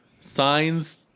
Signs